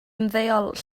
ymddeol